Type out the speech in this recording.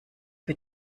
für